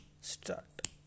start